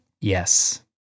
Yes